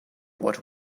what